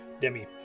Demi